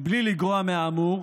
בלי לגרוע מהאמור,